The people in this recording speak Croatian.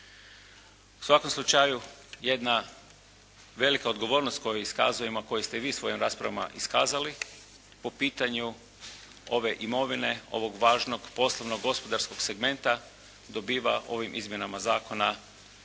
U svakom slučaju jedna velika odgovornost koju iskazujemo a koju ste i vi svojim raspravama iskazali po pitanju ove imovine, ovog važnog poslovno gospodarskog segmenta dobiva ovim izmjenama zakona